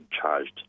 charged